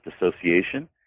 association